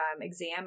exam